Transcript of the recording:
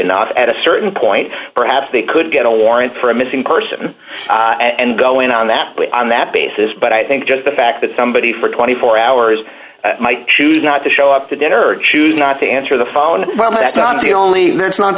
not at a certain point perhaps they could get a warrant for a missing person and going on that way on that basis but i think just the fact that somebody for twenty four hours might choose not to show up to dinner or choose not to answer the phone well that's not